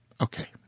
Okay